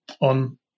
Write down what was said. on